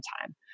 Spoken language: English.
time